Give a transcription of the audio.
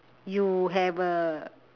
you have a